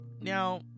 Now